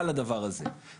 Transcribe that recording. הצבא